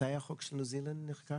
מתי החוק של ניו זילנד נחקק?